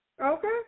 Okay